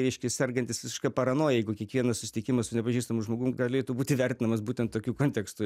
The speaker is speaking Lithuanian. reiškia sergantis visiška paranoja jeigu kiekvienas susitikimas su nepažįstamu žmogum galėtų būti vertinamas būtent tokiu kontekstu